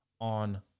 on